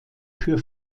für